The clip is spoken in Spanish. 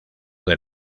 del